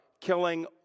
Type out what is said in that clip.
killing